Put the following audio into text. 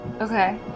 Okay